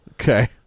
okay